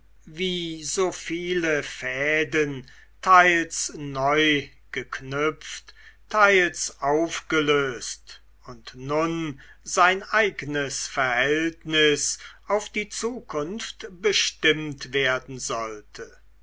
wie so viele fäden teils neu geknüpft teils aufgelöst und nun sein eignes verhältnis auf die zukunft bestimmt werden sollte